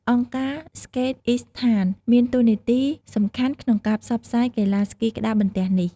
អង្គការ ស្កេតអុីសថាន Skateistan មានតួនាទីសំខាន់ក្នុងការផ្សព្វផ្សាយកីឡាស្គីក្ដារបន្ទះនេះ។